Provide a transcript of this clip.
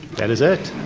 that is it.